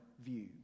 view